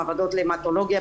מעבדות להמטולוגיה,